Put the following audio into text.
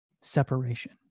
separation